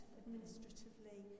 administratively